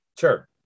Sure